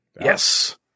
Yes